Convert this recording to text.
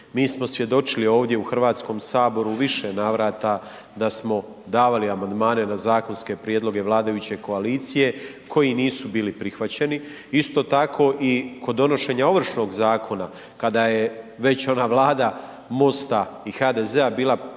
Mi smo svjedočili ovdje u Hrvatskom saboru u više navrata da smo davali amandmane na zakonske prijedloge vladajuće koalicije koji nisu bili prihvaćeni. Isto tako i kod donošenja Ovršnog zakona kada je već ona Vlada MOST-a i HDZ-a bila pri